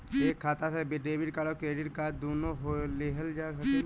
एक खाता से डेबिट कार्ड और क्रेडिट कार्ड दुनु लेहल जा सकेला?